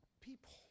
people